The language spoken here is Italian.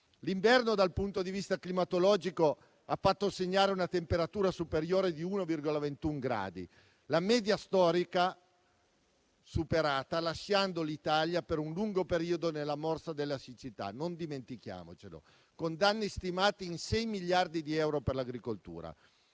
L'inverno dal punto di vista climatologico ha fatto segnare una temperatura superiore di 1,21 gradi rispetto alla media storica, lasciando l'Italia per un lungo periodo nella morsa della siccità (non dimentichiamocelo), con danni stimati in 6 miliardi di euro per l'agricoltura.